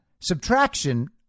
subtraction